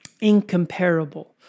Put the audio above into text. incomparable